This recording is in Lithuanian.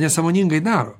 nesąmoningai daro